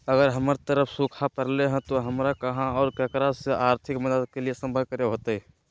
अगर हमर तरफ सुखा परले है तो, हमरा कहा और ककरा से आर्थिक मदद के लिए सम्पर्क करे होतय?